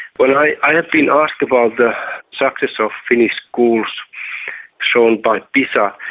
but i i have been asked about the success of finnish schools shown by pisa,